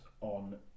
on